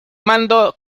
mando